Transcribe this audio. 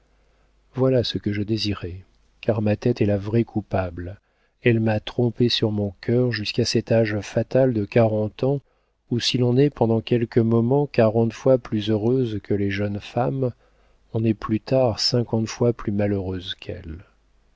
voilà ce que je désirais car ma tête est la vraie coupable elle m'a trompée sur mon cœur jusqu'à cet âge fatal de quarante ans où si l'on est pendant quelques moments quarante fois plus heureuse que les jeunes femmes on est plus tard cinquante fois plus malheureuse